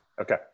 Okay